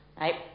right